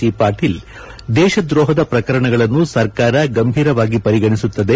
C Patil ದೇಶ ದ್ರೋಹದ ಪ್ರಕರಣಗಳನ್ನು ಸರ್ಕಾರ ಗಂಭೀರವಾಗಿ ಪರಿಗಣಿಸುತ್ತದೆ